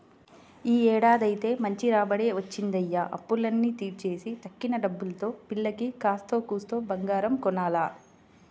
యీ ఏడాదైతే మంచి రాబడే వచ్చిందయ్య, అప్పులన్నీ తీర్చేసి తక్కిన డబ్బుల్తో పిల్లకి కాత్తో కూత్తో బంగారం కొనాల